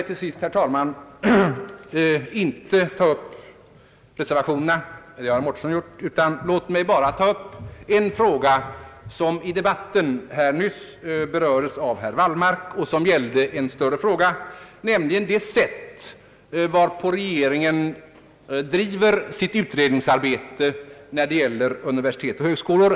Till sist, herr talman, skall jag inte ta upp reservationerna — det har herr Mårtensson gjort — men låt mig bara ta upp en fråga som i debatten här nyss berördes av herr Wallmark och som gällde en större sak, nämligen det sätt varpå regeringen driver sitt utredningsarbete i fråga om universitet och högskolor.